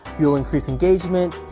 you'll increase engagement,